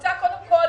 רוצה קודם כול